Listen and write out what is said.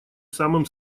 самым